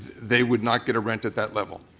they would not get a rent at that level.